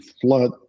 flood